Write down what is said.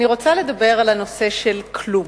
אני רוצה לדבר על הנושא של כלום,